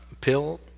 pill